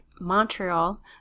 Montreal